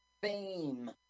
fame